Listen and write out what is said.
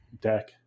deck